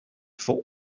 for